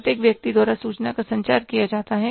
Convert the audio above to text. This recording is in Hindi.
प्रत्येक व्यक्ति द्वारा सूचना का संचार किया जाता है